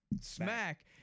smack